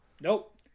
Nope